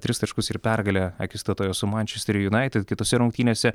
tris taškus ir pergalę akistatoje su mančesterio junaitid kitose rungtynėse